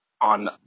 on